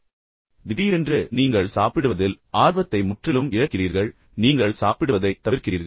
அல்லது திடீரென்று நீங்கள் சாப்பிடுவதில் ஆர்வத்தை முற்றிலும் இழக்கிறீர்கள் பின்னர் நீங்கள் சாப்பிடுவதைத் தவிர்க்கிறீர்கள்